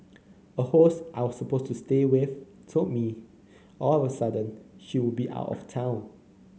a host I was supposed to stay with told me all of a sudden she would be out of town